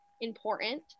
important